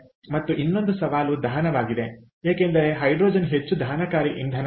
ಮತ್ತು ಇನ್ನೊಂದು ಸವಾಲು ದಹನವಾಗಿದೆ ಏಕೆಂದರೆ ಹೈಡ್ರೋಜನ್ ಹೆಚ್ಚು ದಹನಕಾರಿ ಇಂಧನವಾಗಿದೆ